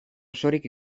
osorik